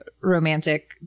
Romantic